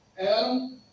Adam